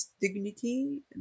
dignity